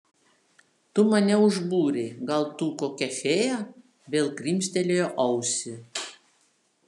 tu mane užbūrei gal tu kokia fėja vėl krimstelėjo ausį